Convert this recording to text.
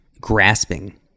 grasping